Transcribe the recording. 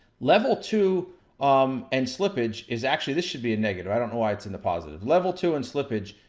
level two um and slippage, is actually, this should be a negative. i don't know why it's in the positives. level two and slippage,